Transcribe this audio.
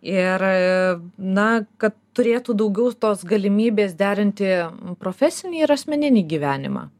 ir na kad turėtų daugiau tos galimybės derinti profesinį ir asmeninį gyvenimą